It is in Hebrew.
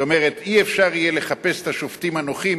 זאת אומרת, לא יהיה אפשר לחפש את השופטים הנוחים.